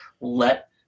let